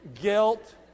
guilt